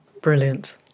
Brilliant